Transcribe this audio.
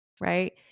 right